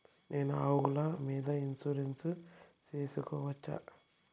నేను ఆవుల మీద ఇన్సూరెన్సు సేసుకోవచ్చా?